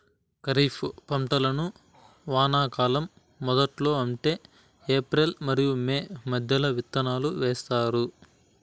ఖరీఫ్ పంటలను వానాకాలం మొదట్లో అంటే ఏప్రిల్ మరియు మే మధ్యలో విత్తనాలు వేస్తారు